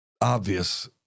obvious